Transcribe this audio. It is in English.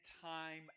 time